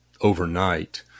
overnight